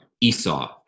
Esau